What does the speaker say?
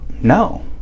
no